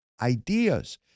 ideas